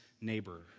neighbor